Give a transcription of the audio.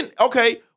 Okay